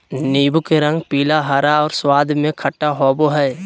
नीबू के रंग पीला, हरा और स्वाद में खट्टा होबो हइ